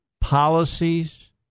policies